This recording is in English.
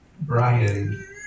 Brian